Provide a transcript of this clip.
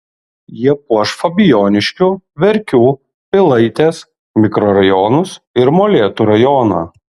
jie puoš fabijoniškių verkių pilaitės mikrorajonus ir molėtų rajoną